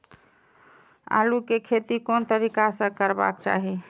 आलु के खेती कोन तरीका से करबाक चाही?